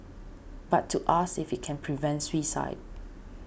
but to ask if it can prevent suicide